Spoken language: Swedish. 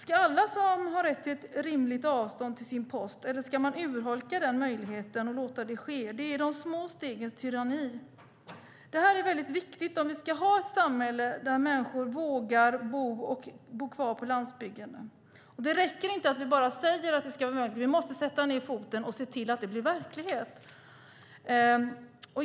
Ska alla ha rätt till ett rimligt avstånd till sin post, eller ska man urholka denna möjlighet och låta detta ske? Det är de små stegens tyranni. Detta är mycket viktigt om vi ska ha ett samhälle där människor vågar bo på landsbygden. Det räcker inte att vi bara säger att det ska vara möjligt. Vi måste sätta ned foten och se till att det blir verklighet.